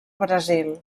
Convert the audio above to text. brasil